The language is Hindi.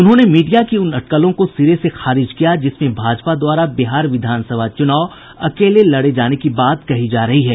उन्होंने मीडिया की उन अटकलों को सिरे से खारिज किया जिसमें भाजपा द्वारा बिहार विधान सभा चुनाव अकेले लड़े जाने की बात कही जा रही है